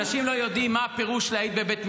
אנשים לא יודעים מה הפירוש להעיד בבית משפט.